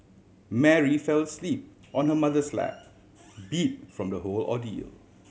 Mary fell asleep on her mother's lap beat from the whole ordeal